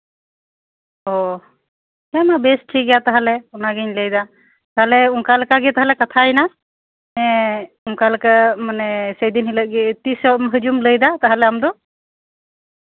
ᱚ ᱦᱮᱸ ᱢᱟ ᱵᱮᱥ ᱴᱷᱤᱠ ᱜᱮᱭᱟ ᱛᱟᱦᱞᱮ ᱚᱱᱟ ᱜᱤᱧ ᱞᱟᱹᱭᱫᱟ ᱛᱟᱦᱞᱮ ᱚᱱᱠᱟ ᱞᱮᱠᱟᱜᱮ ᱛᱟᱦᱞᱮ ᱠᱟᱛᱷᱟᱭᱮᱱᱟ ᱦᱮᱸ ᱚᱱᱠᱟ ᱠᱟᱛᱮᱜ ᱫᱤᱱ ᱦᱤᱞᱳᱜ ᱛᱤᱥᱚᱜ ᱦᱤᱡᱩᱜ ᱮᱢ ᱞᱟᱹᱭᱫᱟ ᱟ ᱢ ᱫᱚ